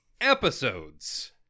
episodes